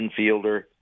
infielder